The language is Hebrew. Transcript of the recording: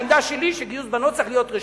העמדה שלי היא שגיוס בנות צריך להיות רשות,